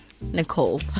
Nicole